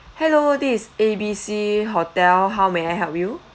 hello this is A B C hotel how may I help you